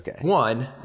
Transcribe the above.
one